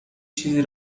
چیزی